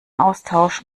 austausch